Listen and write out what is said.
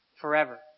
forever